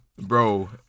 Bro